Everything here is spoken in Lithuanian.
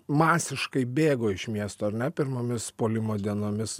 masiškai bėgo iš miesto ar ne pirmomis puolimo dienomis